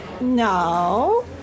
No